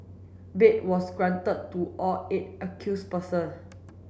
bail was granted to all eight accused person